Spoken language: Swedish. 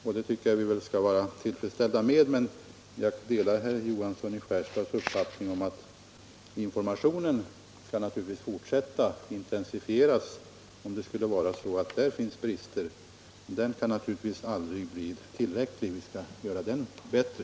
Detta tycker jag vi skall vara tillfredsställda med, men jag delar herr Johanssons i Skärstad uppfattning om att informationen naturligtvis skall fortsätta att intensifieras, om det skulle vara så att där finns brister. Den kan aldrig bli tillräcklig — vi skall göra den bättre.